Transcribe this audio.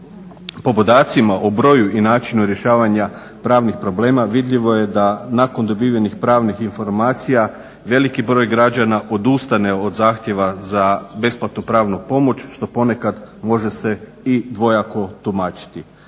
Po podacima, o broju i načinu rješavanja pravnih problema vidljivo je da nakon dobivenih pravnih informacija veliki broj građana odustane od zahtjeva za besplatnu pravnu pomoć što ponekad može se i dvojako tumačiti.